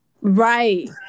Right